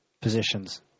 positions